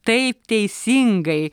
taip teisingai